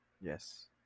yes